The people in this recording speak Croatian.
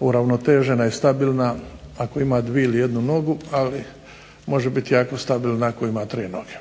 uravnotežena i stabilna ako ima dvije ili jednu nogu ali može biti jako stabilna ako ima tri godine.